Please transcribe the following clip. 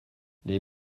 les